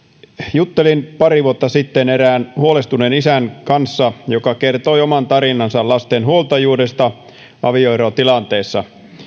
juttelin pari vuotta sitten erään huolestuneen isän kanssa joka kertoi oman tarinansa lasten huoltajuudesta avioerotilanteessa